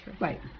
Right